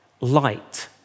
Light